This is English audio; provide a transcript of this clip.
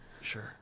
Sure